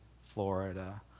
Florida